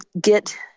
get